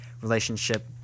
relationship